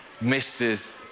misses